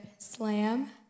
Slam